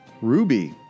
Ruby